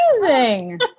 amazing